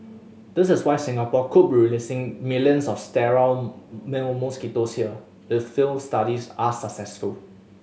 that is why Singapore could be releasing millions of sterile male mosquitoes here if field studies are successful